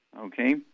Okay